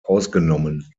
ausgenommen